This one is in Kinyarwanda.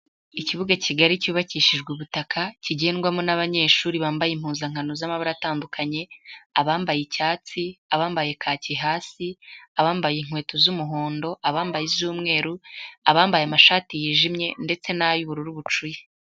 Ikibuga kigari cyubakishijwe ubutaka kigendwamo n'abanyeshuri bambaye impuzankano z'mabara atandukanye, abambaye icyatsi, abambaye kake hasi, abambaye inkweto z'umuhondo, abambaye iz'umweru, abambaye amashati yijimye ndetse n'ay'ubururu bucuye.